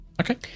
Okay